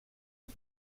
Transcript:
του